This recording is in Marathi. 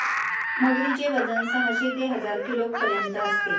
मगरीचे वजन साहशे ते हजार किलोपर्यंत असते